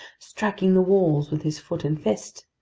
striking the walls with his foot and fist.